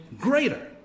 greater